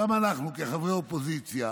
גם אנחנו כחברי אופוזיציה